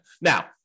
Now